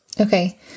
Okay